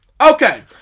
Okay